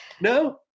no